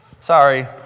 Sorry